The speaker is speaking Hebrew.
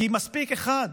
כי מספיק אחד,